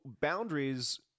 boundaries